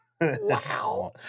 Wow